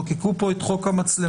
חוקקו פה את חוק המצלמות,